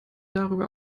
darüber